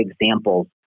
examples